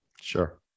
sure